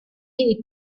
est